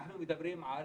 אנחנו מדברים על